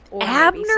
Abner